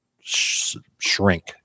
shrink